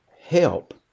help